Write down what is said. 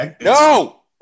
no